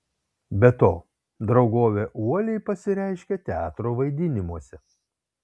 be to draugovė uoliai pasireiškė teatro vaidinimuose